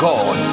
God